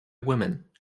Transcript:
women